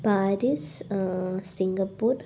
Paris Singapore